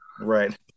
Right